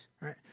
right